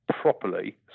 properly